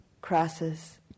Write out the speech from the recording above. crosses